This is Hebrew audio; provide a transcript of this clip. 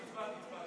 אני הצבעתי.